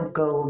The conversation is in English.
go